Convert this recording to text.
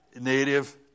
native